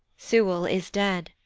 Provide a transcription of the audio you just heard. sewell is dead.